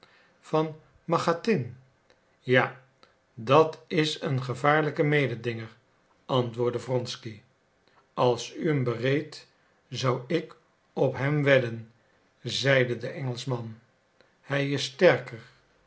van machatin ja dat is een gevaarlijk mededinger antwoordde wronsky als u hem bereedt zou ik op hem wedden zeide de engelschman hij is sterker